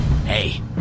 Hey